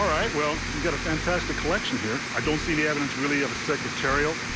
right, well, you've got a fantastic collection here. i don't see any evidence really of a secretarial.